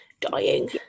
dying